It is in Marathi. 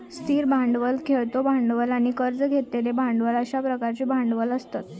स्थिर भांडवल, खेळतो भांडवल आणि कर्ज घेतलेले भांडवल अश्या प्रकारचे भांडवल असतत